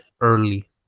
early